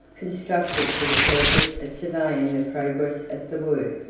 constructed for the purpose of surveying the progress of the work.